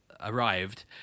arrived